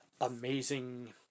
amazing